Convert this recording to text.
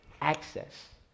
access